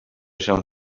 sant